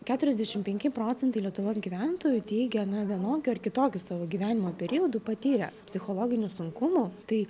keturiasdešimt penki procentai lietuvos gyventojų teigia na vienokiu ar kitokiu savo gyvenimo periodu patyrę psichologinių sunkumų tai